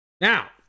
Now